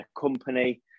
company